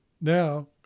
now